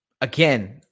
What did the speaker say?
again